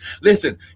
Listen